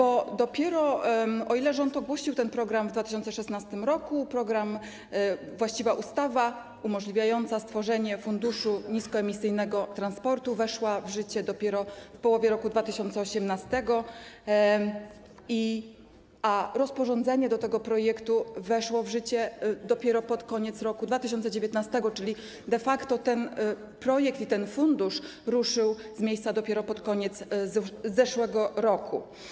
O ile rząd ogłosił ten program w 2016 r., o tyle właściwa ustawa umożliwiająca stworzenie Funduszu Niskoemisyjnego Transportu weszła w życie dopiero w połowie roku 2018, a rozporządzenie do tego projektu weszło w życie dopiero pod koniec roku 2019, czyli de facto ten projekt i ten fundusz ruszyły z miejsca dopiero pod koniec zeszłego roku.